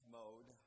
mode